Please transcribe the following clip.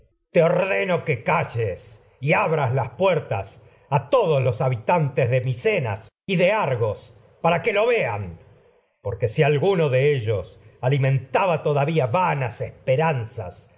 ordeno que calles y y abras las puertas a de los habitantes de micenas argos para que vean porque si alguno de ellos acerca alimentaba todavía de ese vanas esperanzas